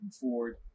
forward